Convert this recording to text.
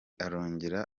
arongera